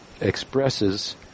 expresses